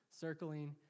Circling